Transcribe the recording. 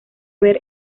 ver